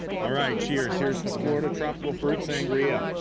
all right cheers. here's to florida tropical fruit sangria.